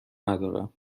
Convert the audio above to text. ندارم